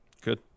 Good